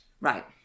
Right